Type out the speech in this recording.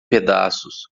pedaços